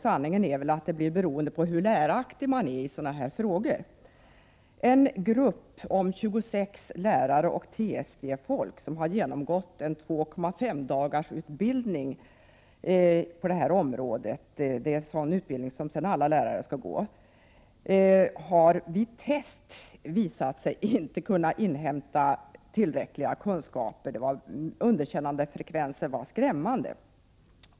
Sanningen är väl att detta blir beroende av hur läraktig man är i sådana här ting. En grupp på 26 lärare och TSV-folk som genomgått en 2,5-dagarsutbildning på detta område — det är den utbildning som alla lärare skall genomgå — har vid test visat sig inte kunna inhämta tillräckliga kunskaper. Underkännandefrekvensen var skrämmande.